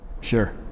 Sure